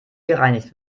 gereinigt